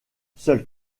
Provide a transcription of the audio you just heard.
seuls